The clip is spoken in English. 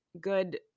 good